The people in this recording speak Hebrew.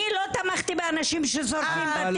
אני לא תמכתי באנשים ששורפים בתים חברים שלי